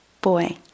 boy